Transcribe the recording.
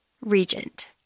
regent